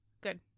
Good